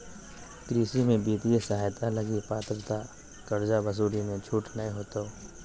कृषि में वित्तीय सहायता लगी पात्रता कर्जा वसूली मे छूट नय होतो